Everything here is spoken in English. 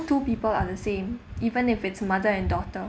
two people are the same even if its mother and daughter